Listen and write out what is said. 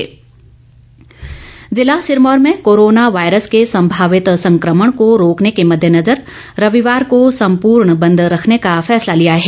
सम्पूर्ण बंद जिला सिरमौर में कोरोना वायरस के संभावित संक्रमण को रोकने के मद्देनजर रविवार को सम्पूर्ण बंद रखने का फैसला लिया है